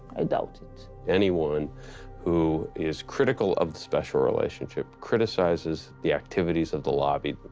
ah doubt it. anyone who is critical of the special relationship, criticizes the activities of the lobby,